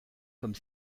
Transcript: comme